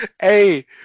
Hey